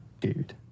dude